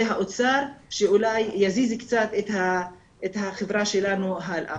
זה האוצר שאולי יזיז קצת את החברה שלנו הלאה